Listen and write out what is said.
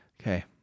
Okay